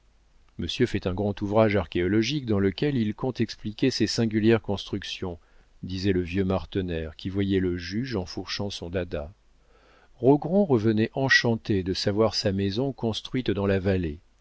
monsieur fait un grand ouvrage archéologique dans lequel il compte expliquer ces singulières constructions disait le vieux martener qui voyait le juge enfourchant son dada rogron revenait enchanté de savoir sa maison construite dans la vallée